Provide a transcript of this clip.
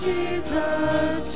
Jesus